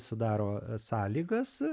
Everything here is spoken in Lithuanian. sudaro sąlygas